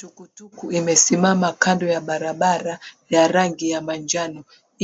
Tuktuk imesimama kando ya barabara ya rangi ya manjano